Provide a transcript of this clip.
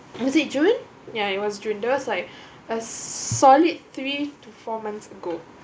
was it june ya it was june that was like a solid three to four months ago